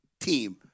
team